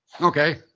Okay